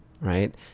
right